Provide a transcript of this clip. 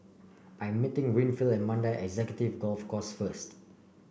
I'm meeting Winfield at Mandai Executive Golf Course first